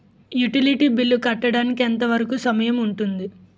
Utility bill కట్టడానికి ఎంత వరుకు సమయం ఉంటుంది?